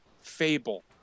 fable